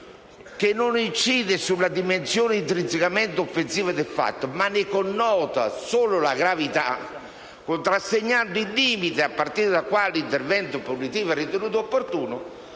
che non incide sulla dimensione intrinsecamente offensiva del fatto, ma ne connota solo la gravità, contrassegnando il limite a partire dal quale l'intervento punitivo è ritenuto opportuno»,